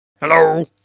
Hello